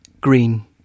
Green